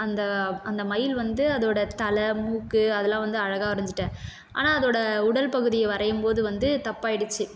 அந்த அந்த மயில் வந்து அதோடய தலை மூக்கு அதெல்லாம் வந்து அழகாக வரைஞ்சுட்டேன் ஆனால் அதோடய உடல் பகுதியை வரையும்போது வந்து தப்பாயிடிச்சு